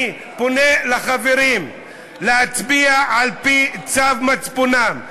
אני פונה לחברים להצביע על-פי צו מצפונם.